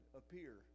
appear